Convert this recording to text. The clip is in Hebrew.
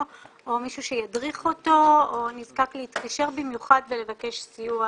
או מישהו שידריך אותו או נזקק להתקשר במיוחד ולבקש סיוע.